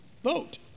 Vote